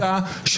זה לא מה שעשיתי.